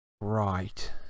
Right